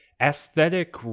aesthetic